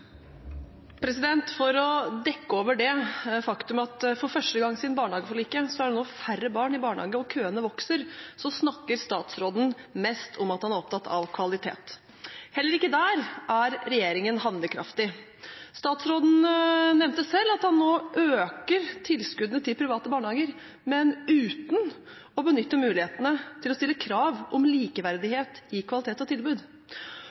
køene vokser, så snakker statsråden mest om at han er opptatt av kvalitet. Heller ikke der er regjeringen handlekraftig. Statsråden nevnte selv at han nå øker tilskuddene til private barnehager, men uten å benytte mulighetene til å stille krav om likeverdighet i kvalitet og tilbud.